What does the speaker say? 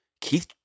Keith